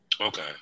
Okay